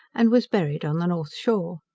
and was buried on the north shore.